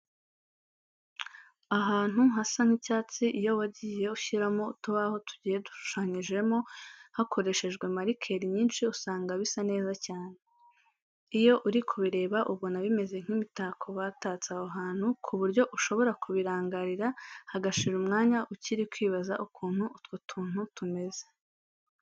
Ahantu hasa nk'icyatsi iyo wagiye ushyiramo utubaho tugiye dushushanyijemo hakoreshejwe marikeri nyinshi usanga bisa neza cyane. Iyo uri kubireba ubona bimeze nk'imitako batatse aho hantu ku buryo ushobora kubirangarira hagashira umwanya ukiri kwibaza ukuntu utwo tuntu tumeze.